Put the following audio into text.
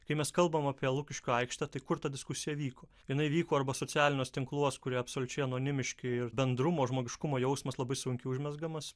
kai mes kalbam apie lukiškių aikštę tai kur ta diskusija vyko jinai vyko arba socialiniuos tinkluos kurie absoliučiai anonimiški ir bendrumo žmogiškumo jausmas labai sunkiai užmezgamas